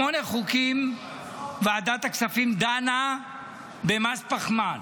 בשמונה חוקים ועדת הכספים דנה על מס פחמן.